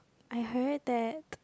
I heard that